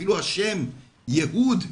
אפילו השם "ייהוד".